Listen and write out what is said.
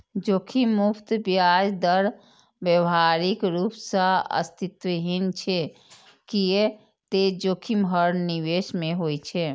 जोखिम मुक्त ब्याज दर व्यावहारिक रूप सं अस्तित्वहीन छै, कियै ते जोखिम हर निवेश मे होइ छै